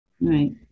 Right